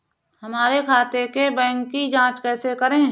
हमारे खाते के बैंक की जाँच कैसे करें?